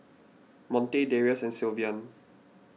Monte Darius and Sylvan